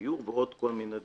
ועוד כל מיני דברים.